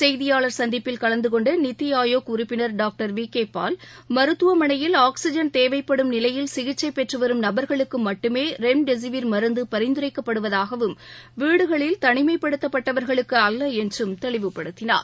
செய்தியாளா் சந்திப்பில் கலந்துகொண்ட நித்தி ஆயோக் உறுப்பினா் டாக்டர் வி கே பால் மருத்துவமனையில் ஆக்சிஜன் தேவைப்படும் நிலையில் சிகிச்சை பெற்றுவரும் நபர்களுக்கு மட்டுமே ரெம்டிசிவிர் மருந்து பரிந்துரைக்கப்படுவதாகவும் வீடுகளில் தனிமைப் படுத்தப்பட்டவர்களுக்கு அல்ல என்றும் தெளிவுபடுத்தினார்